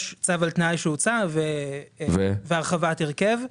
יש צו על תנאי שהוצא והרחבת הרכב.